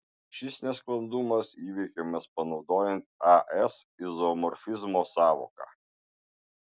šis nesklandumas įveikiamas panaudojant as izomorfizmo sąvoką